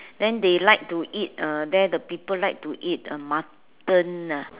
then they like to eat uh there the people like to eat uh mutton lah